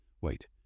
Wait